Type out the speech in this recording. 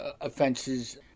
offenses